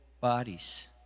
bodies